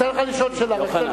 אתן לך לשאול שאלה.